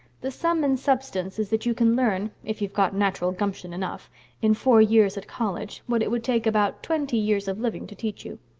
the sum and substance is that you can learn if you've got natural gumption enough in four years at college what it would take about twenty years of living to teach you.